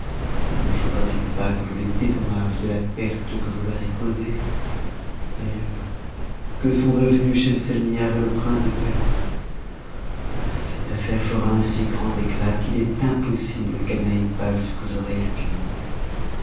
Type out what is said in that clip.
ne faudra t h pas que je les dédommage de la perte que je leur ai causée d'aitteurs que sont devenus schet ehtihar et le prince de perse cette affaire fera un si grand éctat qu'it csl impossible qu'elle n'aitte pas jusqu'aux oreilles du calife